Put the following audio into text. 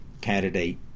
candidate